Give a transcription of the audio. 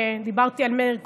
דיברתי על מאיר כהן,